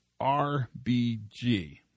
RBG